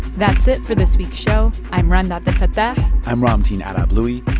that's it for this week's show. i'm rund abdelfatah i'm ramtin ah arablouei,